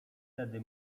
tedy